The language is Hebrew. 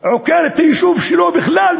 עוקר את היישוב שלו בכלל,